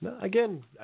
Again